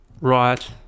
right